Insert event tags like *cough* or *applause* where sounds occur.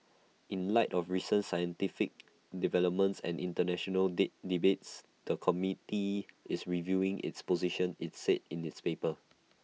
in light of recent scientific developments and International *unintelligible* debates the committee is reviewing its position IT said in its paper